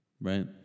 right